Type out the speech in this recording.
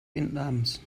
vietnams